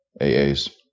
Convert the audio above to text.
AAs